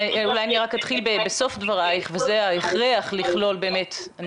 אולי אני אתחיל בסוף דברייך וזה ההכרח לכלול באמת את